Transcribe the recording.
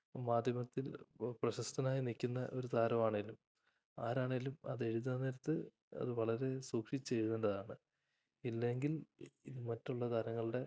മാധ്യമത്തിൽ പ്രശസ്തനായി നില്ക്കുന്ന ഒരു താരമാണേലും ആരാണേലും അതെഴുതാന് നേരത്ത് അതു വളരെ സൂക്ഷിച്ചെഴുതേണ്ടതാണ് ഇല്ലെങ്കിൽ ഇത് മറ്റുള്ള താരങ്ങളുടെ